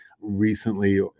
recently